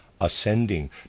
ascending